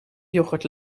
yoghurt